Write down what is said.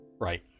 right